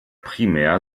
primär